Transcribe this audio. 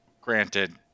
granted